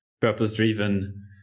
purpose-driven